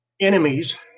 enemies